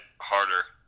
harder